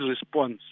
response